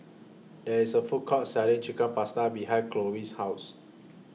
There IS A Food Court Selling Chicken Pasta behind Colie's House